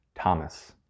Thomas